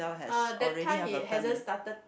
uh that time he hasn't started